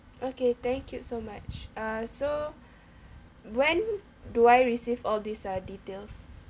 okay thank you so much err so when do I receive all these uh details